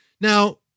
Now